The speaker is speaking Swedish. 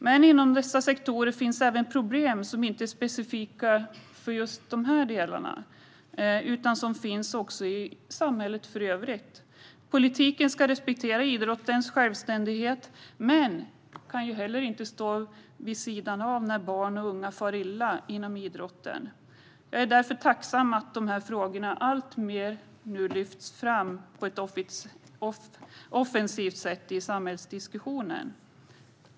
Men inom dessa sektorer finns även problem som inte är specifika just för dem utan som finns i samhället i övrigt. Politiken ska respektera idrottens självständighet men kan inte stå vid sidan när barn och unga far illa inom idrotten. Jag är därför tacksam över att de här frågorna nu alltmer lyfts fram i samhällsdiskussionen på ett offensivt sätt.